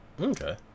Okay